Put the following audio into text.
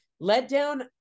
Letdown